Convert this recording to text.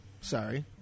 Sorry